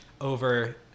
over